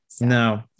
No